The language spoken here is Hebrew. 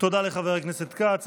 תודה לחבר הכנסת כץ.